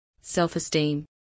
self-esteem